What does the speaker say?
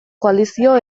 koalizio